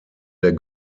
der